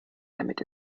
damit